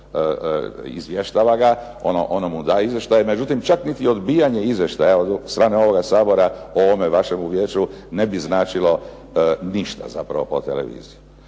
izvještava ga, ono mu daje izvještaj. Međutim, čak niti odbijanje izvještaja od strane ovoga Sabora o ovome vašem vijeću ne bi značilo ništa zapravo pod televizijom.